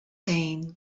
saying